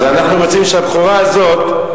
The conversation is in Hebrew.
אז אנחנו רוצים שהבכורה הזאת,